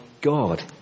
God